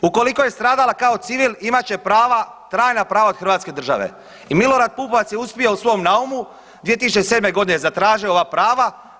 Ukoliko je stradala kao civil imat će prava, trajna prava od Hrvatske države i Milorad Pupovac je uspio u svom naumu 2007. godine zatražio ova prava.